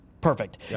Perfect